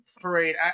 parade